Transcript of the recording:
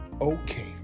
okay